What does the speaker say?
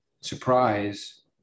Surprise